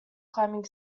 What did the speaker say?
climbing